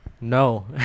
no